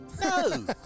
No